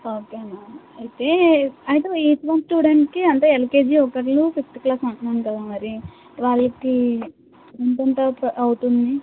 okay ma'am అయితే అయితే ఇటువంటి స్టూడెంట్కి అంటే ఎల్కేజి ఒకరూ ఫిఫ్త్ క్లాస్ అంటున్నాను కదా మరి వాళ్ళకి ఎంతెంత అవుతుంది